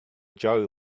jar